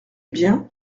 bien